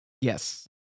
Yes